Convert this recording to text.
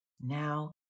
Now